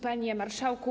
Panie Marszałku!